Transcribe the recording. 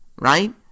right